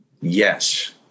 Yes